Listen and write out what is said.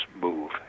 move